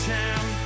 time